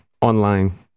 online